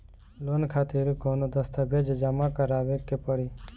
Loan खातिर कौनो दस्तावेज जमा करावे के पड़ी?